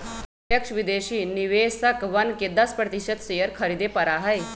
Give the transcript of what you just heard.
प्रत्यक्ष विदेशी निवेशकवन के दस प्रतिशत शेयर खरीदे पड़ा हई